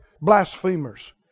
blasphemers